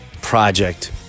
project